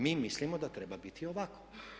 Mi mislimo da treba biti ovako.